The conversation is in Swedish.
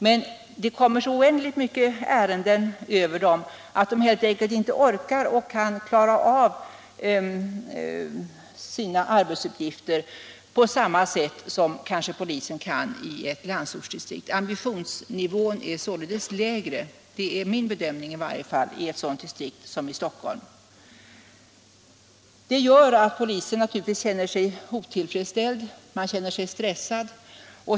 Men det kommer så oändligt mycket ärenden över dem att de helt enkelt inte orkar klara av sina arbetsuppgifter på samma sätt som kanske polisen kan i ett landsortsdistrikt. Ambitionsnivån är således lägre — det är min bedömning i varje fall — i sådana distrikt som i Stockholm. Det gör att polisen naturligtvis känner sig otillfredsställd och stressad.